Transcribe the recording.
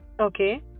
Okay